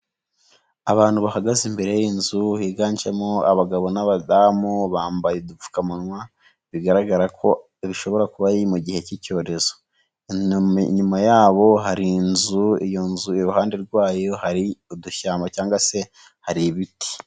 Abantu bahagaze imbere y'inzu higanjemo abagabo n'abadamu bambaye udupfukamunwa, bigaragara ko bishobora kuba mu gihe cy'icyorezo, inyuma yabo hari inzu, iyo nzu iruhande rwayo hari udushyamba cyangwa se hari ibiti.